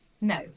no